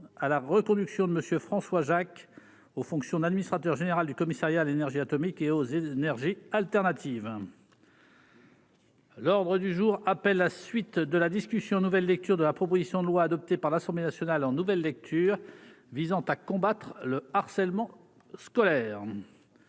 à la reconduction de Monsieur François Jacq, aux fonctions d'Administrateur Général du Commissariat à l'énergie atomique et aux énergies alternatives. L'ordre du jour appelle la suite de la discussion en nouvelle lecture de la proposition de loi adoptée par l'Assemblée nationale en nouvelle lecture visant à combattre le harcèlement scolaire.